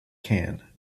can